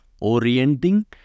orienting